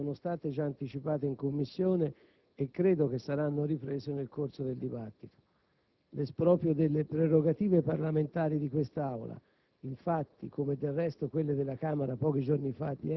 Molte delle considerazioni che andrò a svolgere sono state già anticipate in Commissione e credo che saranno riprese nel corso del dibattito. L'esproprio delle prerogative parlamentari di quest'Aula,